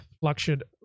fluctuated